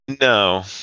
No